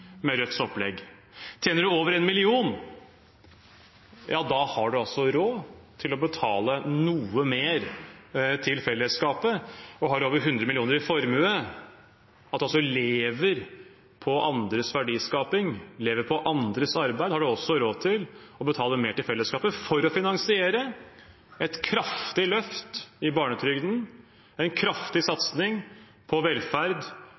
med Rødts opplegg. Tjener du over en million, har du råd til å betale noe mer til fellesskapet. Og har du over 100 mill. kr i formue – og altså lever på andres verdiskaping, lever på andres arbeid – har du også råd til å betale mer til fellesskapet for å finansiere et kraftig løft i barnetrygden og en kraftig satsing på velferd